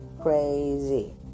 Crazy